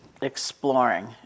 exploring